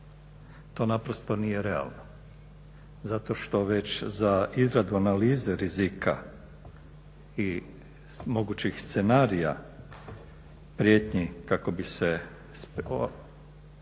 To naprosto nije realno zato što već za izradu analize rizika i mogućih scenarija, prijetnji kako bi se